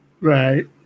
Right